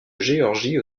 géorgie